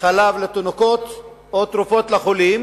חלב לתינוקות או תרופות לחולים,